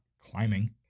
climbing